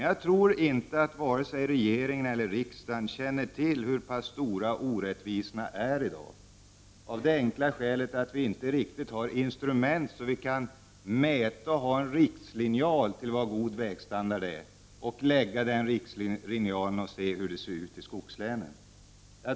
Jag tror inte att vare sig regeringen eller riksdagen känner till hur stora orättvisorna är i dag, av det enkla skälet att vi inte har något instrument, en rikslinjal, för att mäta vad god vägstandard är och se hur det ser ut i skogslänen.